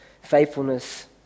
faithfulness